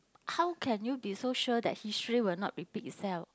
how can you be so sure that history will not repeat itself